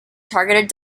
targeted